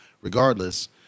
Regardless